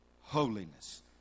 Holiness